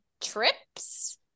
trips